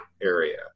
area